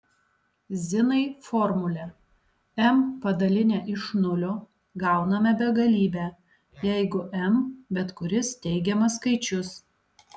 zinai formulę m padalinę iš nulio gauname begalybę jeigu m bet kuris teigiamas skaičius